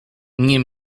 nie